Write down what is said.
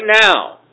now